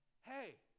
hey